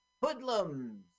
hoodlums